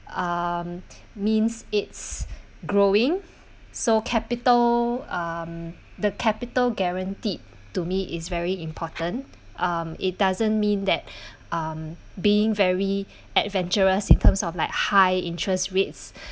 um means it's growing so capital um the capital guaranteed to me is very important um it doesn't mean that um being very adventurous in terms of like high interest rates